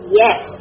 yes